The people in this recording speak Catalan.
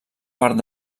part